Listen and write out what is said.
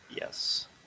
Yes